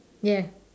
yeah